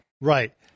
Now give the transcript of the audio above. Right